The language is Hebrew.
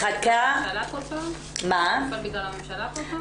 הוא נפל בגלל הממשלה כל פעם?